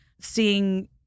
seeing